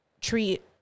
treat